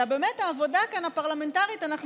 אלא באמת בעבודה הפרלמנטרית כאן אנחנו